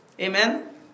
Amen